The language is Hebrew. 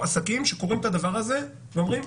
עסקים שקוראים את הדבר הזה ואומרים,